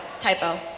typo